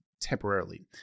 temporarily